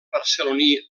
barceloní